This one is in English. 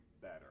better